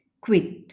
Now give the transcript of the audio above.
quit